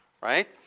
right